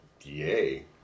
Yay